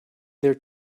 their